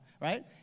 right